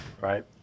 right